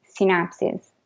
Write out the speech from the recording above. synapses